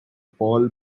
paul